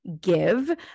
give